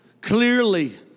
clearly